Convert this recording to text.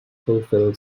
fulfill